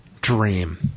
Dream